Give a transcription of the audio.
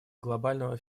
глобального